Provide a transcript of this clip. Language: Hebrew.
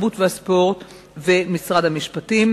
משרד התרבות והספורט ומשרד המשפטים.